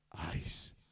eyes